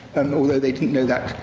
and although they didn't know that,